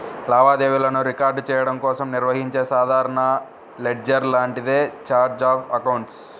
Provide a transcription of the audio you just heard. లావాదేవీలను రికార్డ్ చెయ్యడం కోసం నిర్వహించే సాధారణ లెడ్జర్ లాంటిదే ఛార్ట్ ఆఫ్ అకౌంట్స్